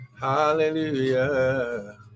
Hallelujah